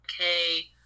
okay